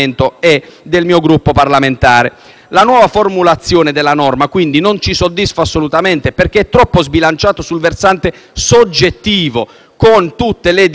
La nuova formulazione della norma, quindi, non ci soddisfa assolutamente, perché è troppo sbilanciata sul versante soggettivo, con tutte le difficoltà probatorie da ciò derivanti.